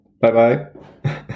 Bye-bye